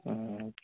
हूँ